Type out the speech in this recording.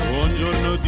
Buongiorno